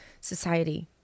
society